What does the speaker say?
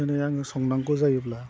दिनै आङो संनांगौ जायोब्ला